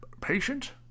patient